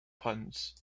puns